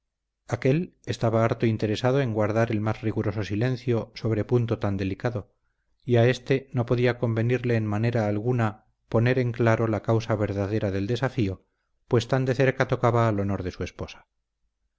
aquél estaba harto interesado en guardar el más riguroso silencio sobre punto tan delicado y a éste no podía convenirle en manera alguna poner en claro la causa verdadera del desafío pues tan de cerca tocaba al honor de su esposa